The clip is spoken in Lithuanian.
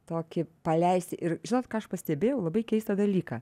tokį paleisti ir žinot ką aš pastebėjau labai keistą dalyką